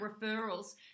referrals